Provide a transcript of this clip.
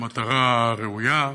מטרה ראויה,